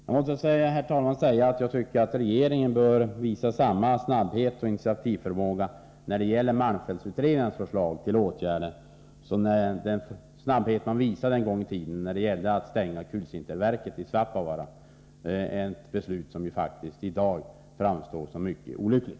Jag måste också säga, herr talman, att regeringen bör visa samma snabbhet och initiativförmåga när det gäller malmfältsutredningens förslag till åtgärder som den snabbhet regeringen visade en gång i tiden då det gällde att stänga kulsinterverket i Svappavaara — ett beslut som ju faktiskt i dag framstår som mycket olyckligt.